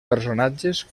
personatges